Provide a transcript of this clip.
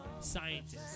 scientists